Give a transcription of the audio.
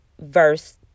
verse